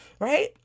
right